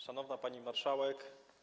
Szanowna Pani Marszałek!